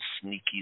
sneaky